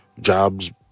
jobs